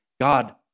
God